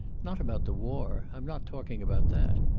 not about the war. i'm not talking about that.